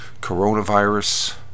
coronavirus